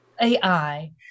AI